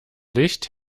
licht